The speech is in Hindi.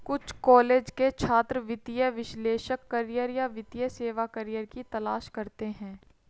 कुछ कॉलेज के छात्र वित्तीय विश्लेषक करियर या वित्तीय सेवा करियर की तलाश करते है